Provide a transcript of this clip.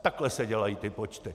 Takhle se dělají ty počty.